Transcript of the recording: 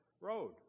road